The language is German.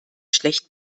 schlecht